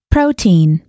Protein